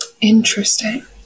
Interesting